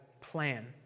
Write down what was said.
plan